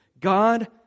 God